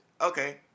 Okay